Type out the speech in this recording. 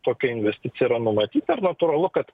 tokia investicija yra numatyta ir natūralu kad